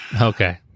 Okay